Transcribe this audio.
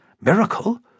Miracle